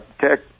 tech